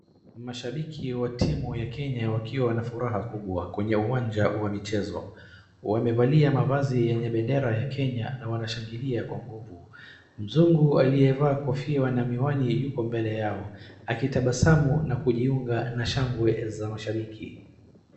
Mashabiki wa timu ya Kenya wakiwa na furaha kubwa kwenye uwanja wa michezo. wamevalia mavazi yenye bendera ya Kenya na wanashangilia kwa nguvu. Mzungu aliyevaa kofia na miwani yuko mbele yao akitabasamu na kujiunga na shangwe za mashabiki.